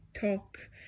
talk